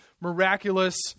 miraculous